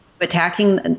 attacking